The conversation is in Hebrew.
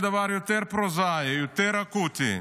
אקוטי: